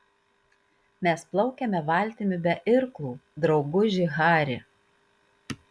mes plaukiame valtimi be irklų drauguži hari